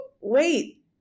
wait